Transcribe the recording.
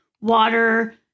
water